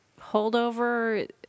holdover